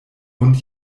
hund